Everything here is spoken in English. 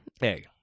Hey